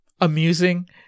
amusing